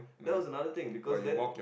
that was another thing because then